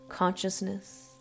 Consciousness